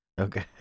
Okay